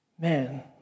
man